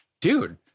dude